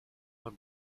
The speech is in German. man